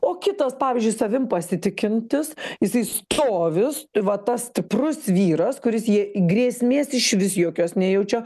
o kitas pavyzdžiui savim pasitikintis jisai stovi va tas stiprus vyras kuris jai grėsmės išvis jokios nejaučia